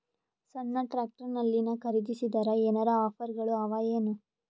ಸಣ್ಣ ಟ್ರ್ಯಾಕ್ಟರ್ನಲ್ಲಿನ ಖರದಿಸಿದರ ಏನರ ಆಫರ್ ಗಳು ಅವಾಯೇನು?